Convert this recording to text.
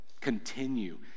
Continue